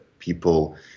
People